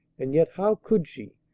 and yet how could she,